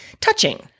touching